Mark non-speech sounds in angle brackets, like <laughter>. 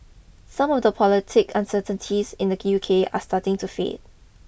some of the political uncertainties in the <unintelligible> U K are starting to fade